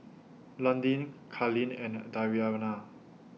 Londyn Carlene and Dariana